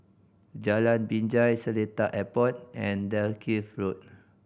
Jalan Binjai Seletar Airport and Dalkeith Road